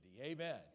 Amen